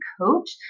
coach